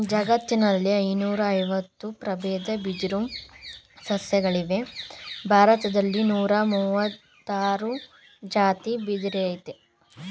ಜಗತ್ತಿನಲ್ಲಿ ಐನೂರಐವತ್ತು ಪ್ರಬೇದ ಬಿದಿರು ಸಸ್ಯಗಳಿವೆ ಭಾರತ್ದಲ್ಲಿ ನೂರಮುವತ್ತಾರ್ ಜಾತಿ ಬಿದಿರಯ್ತೆ